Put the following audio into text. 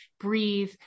breathe